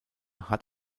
hat